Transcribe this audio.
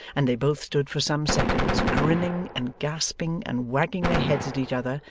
and they both stood for some seconds, grinning and gasping and wagging their heads at each other,